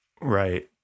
Right